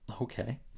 Okay